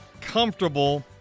comfortable